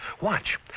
Watch